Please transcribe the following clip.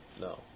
No